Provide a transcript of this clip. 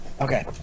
Okay